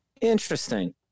Interesting